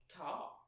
talk